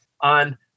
on